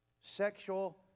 sexual